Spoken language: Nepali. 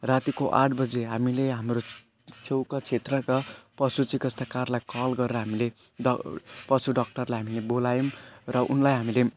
रातिको आठ बजे हामीले हाम्रो छेउका क्षेत्रका पशु चिकित्सकारलाई कल गरेर हामीले ड पशु डाक्टरलाई हामीले बोलायौँ र उनलाई हामीले